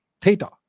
Theta